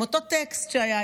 עם אותו טקסט שהיה.